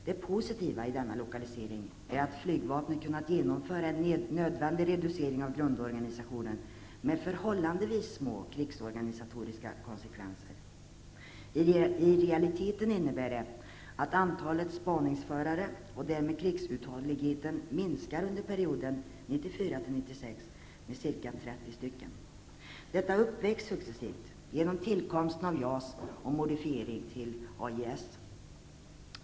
Det positiva i denna lokalisering är att flygvapnet kunnat genomföra en nödvändig reducering av grundorganisationen med förhållandevis små krigsorganisatoriska konsekvenser. I realiteten innebär det att antalet spaningsförare -- och därmed krigsuthålligheten -- minskar under perioden 1994--1996 med ca 30 stycken. Detta uppvägs successivt genom tillkomsten av JAS och modifiering till AJS.